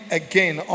again